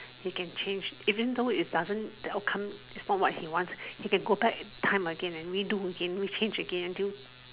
he can change even though it doesn't the outcome is not what he wants he can go back in time again and redo again re change again until